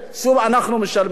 שוב אנחנו משלמים.